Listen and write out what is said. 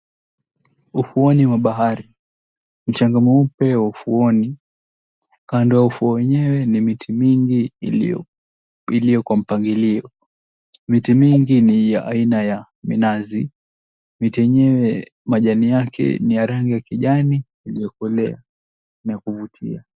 Ufuoni wa bahari. Mchanga mweupe wa ufuoni. Kando ya ufuo wenyewe ni miti mingi iliyo kwa mpangilio. Miti mingi ni ya aina ya minazi. Miti yenyewe majani yake ni ya rangi ya kijani iliyokolea na kuvutia.